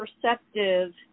perceptive